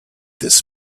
this